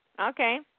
Okay